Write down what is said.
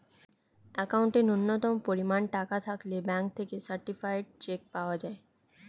অ্যাকাউন্টে ন্যূনতম পরিমাণ টাকা থাকলে ব্যাঙ্ক থেকে সার্টিফায়েড চেক পাওয়া যায়